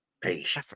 Peace